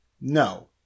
No